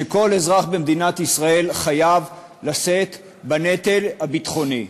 שכל אזרח במדינת ישראל חייב לשאת בנטל הביטחוני.